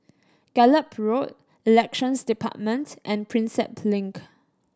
Gallop Road Elections Department and Prinsep Link